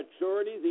maturity